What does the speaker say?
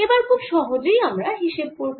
এবার খুব সহজেই আমরা হিসেব করব